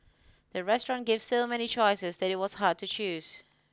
the restaurant gave so many choices that it was hard to choose